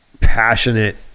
passionate